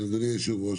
אדוני היושב-ראש,